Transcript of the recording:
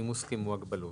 אם הוסכמו הגבלות.